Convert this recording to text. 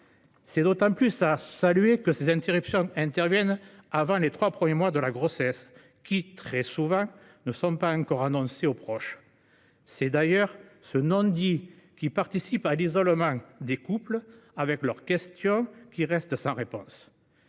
mérite d'autant plus d'être salué que ces interruptions interviennent au cours des trois premiers mois de la grossesse, laquelle, très souvent, n'a pas encore été annoncée aux proches. C'est d'ailleurs ce non-dit qui participe à l'isolement des couples, leurs questions restant sans réponse.